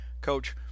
Coach